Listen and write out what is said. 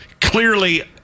Clearly